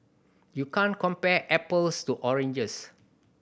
you can't compare apples to oranges